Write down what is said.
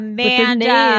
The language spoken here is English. Amanda